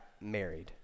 married